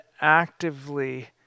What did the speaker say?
actively